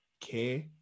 care